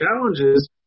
challenges